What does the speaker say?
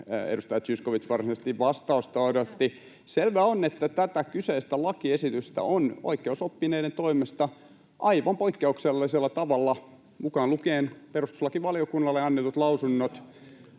edustaja Zyskowicz varsinaisesti vastausta odotti. Selvää on, että tästä kyseisestä lakiesityksestä on oikeusoppineiden toimesta aivan poikkeuksellisella tavalla, mukaan lukien perustuslakivaliokunnalle annetut lausunnot,